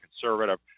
Conservative